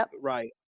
right